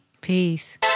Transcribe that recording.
peace